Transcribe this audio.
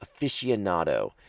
aficionado